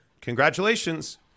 Congratulations